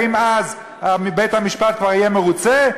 האם אז בית-המשפט כבר יהיה מרוצה?